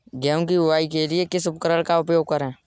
गेहूँ की बुवाई के लिए किस उपकरण का उपयोग करें?